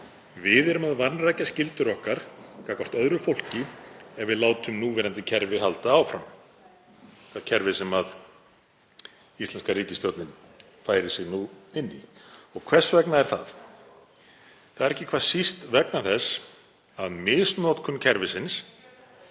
Við erum að vanrækja skyldur okkar gagnvart öðru fólki ef við látum núverandi kerfi halda áfram. Það er kerfið sem íslenska ríkisstjórnin færir sig nú inn í. Og hvers vegna er það? Það er ekki hvað síst vegna þess að misnotkun kerfisins,